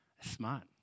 smart